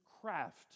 craft